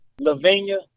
Lavinia